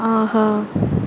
ஆஹா